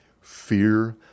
Fear